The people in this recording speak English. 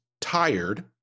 tired